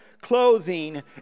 clothing